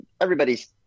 everybody's